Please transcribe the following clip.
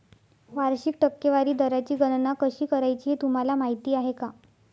वार्षिक टक्केवारी दराची गणना कशी करायची हे तुम्हाला माहिती आहे का?